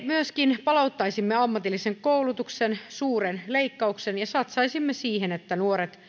myöskin palauttaisimme ammatillisen koulutuksen suuren leikkauksen ja satsaisimme siihen että nuoret